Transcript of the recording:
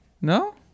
No